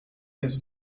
his